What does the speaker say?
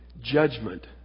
judgment